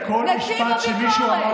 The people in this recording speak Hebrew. על כל משפט שמישהו אמר,